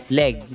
leg